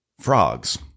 frogs